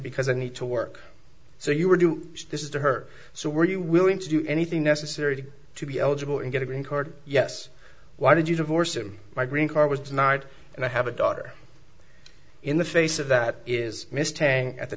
because i need to work so you were do this to her so were you willing to do anything necessary to be eligible and get a green card yes why did you divorce him my green card was denied and i have a daughter in the face of that is